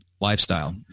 lifestyle